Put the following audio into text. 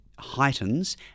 heightens